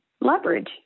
leverage